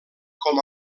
com